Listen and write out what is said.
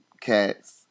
cats